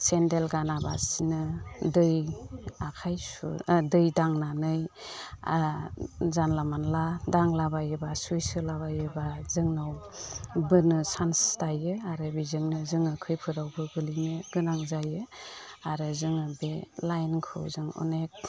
सेनदेल गानालासिनो दै आखाइ सु दै दांनानै जानला मोनला दांला बायोब्ला सुइट्च होला बायोब्ला जोंनाव बोनो चान्स थायो आरो बिजोंनो जोङो खैफोदाव गोग्लैनो गोनां जायो आरो जोङो बे लाइनखौ जों अनेख